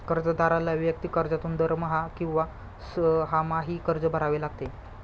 कर्जदाराला वैयक्तिक कर्जातून दरमहा किंवा सहामाही कर्ज भरावे लागते